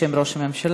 בשם ראש הממשלה.